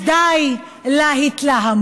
אז די להתלהמות.